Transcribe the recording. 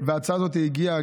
וההצעה הזאת הגיעה,